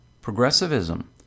progressivism